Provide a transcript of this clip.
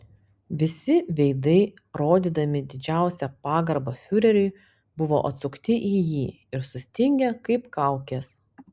visi veidai rodydami didžiausią pagarbą fiureriui buvo atsukti į jį ir sustingę kaip kaukės